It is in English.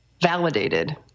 validated